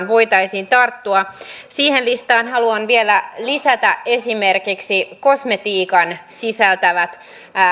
voitaisiin tarttua siihen listaan haluan vielä lisätä esimerkiksi kosmetiikan sisältämät